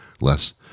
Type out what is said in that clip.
less